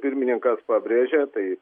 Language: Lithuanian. pirmininkas pabrėžia tai